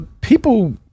People